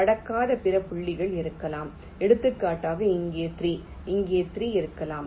கடக்காத பிற புள்ளிகள் இருக்கலாம் எடுத்துக்காட்டாக இங்கே 3 இங்கே 3 இருக்கலாம்